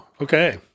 Okay